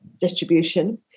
distribution